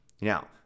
Now